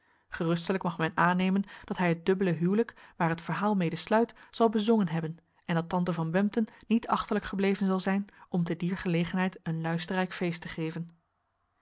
gerustelijk mag men aannemen dat hij het dubbele huwelijk waar het verhaal mede sluit zal bezongen hebben en dat tante van bempden niet achterlijk gebleven zal zijn om te dier gelegenheid een luisterrijk feest te geven